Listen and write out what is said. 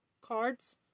cards